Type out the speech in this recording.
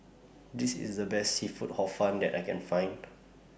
This IS The Best Seafood Hor Fun that I Can Find